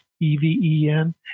E-V-E-N